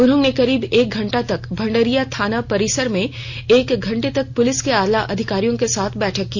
उन्होंने करीब एक घंटे तक भंडरिया थाना परिसर में एक घंटे तक पुलिस के आला अधिकारियों के साथ बैठक की